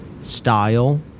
style